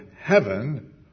heaven